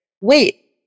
Wait